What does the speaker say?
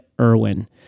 Irwin